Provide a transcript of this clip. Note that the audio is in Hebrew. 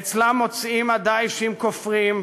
אצלם מוצאים ה"דאעשים" כופרים,